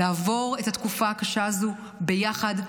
לעבור את התקופה הקשה הזאת ביחד,